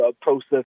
process